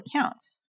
accounts